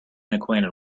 acquainted